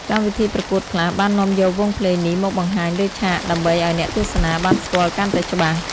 កម្មវិធីប្រកួតខ្លះបាននាំយកវង់ភ្លេងនេះមកបង្ហាញលើឆាកដើម្បីឲ្យអ្នកទស្សនាបានស្គាល់កាន់តែច្បាស់។